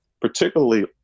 particularly